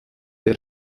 der